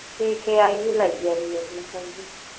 ठीक है आइए ले जाइए अपनी सब्ज़ी